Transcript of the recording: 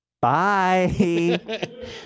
Bye